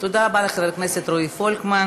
תודה רבה לחבר הכנסת רועי פולקמן.